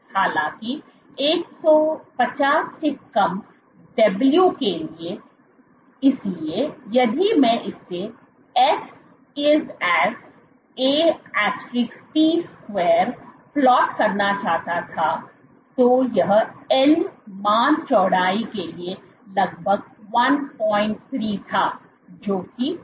हालाँकि 150 से कम w के लिए इसलिए यदि मैं इसे s is as at2 plot करना चाहता था तो यह n मान चौड़ाई के लिए लगभग 13 था जो कि छोटा था